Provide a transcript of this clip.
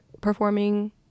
performing